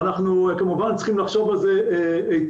ואנחנו כמובן צריכים לחשוב על זה היטב,